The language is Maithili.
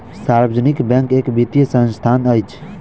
सार्वजनिक बैंक एक वित्तीय संस्थान अछि